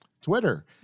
Twitter